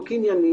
קנייני.